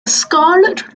scarlet